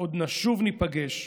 / עוד נשוב, ניפגש,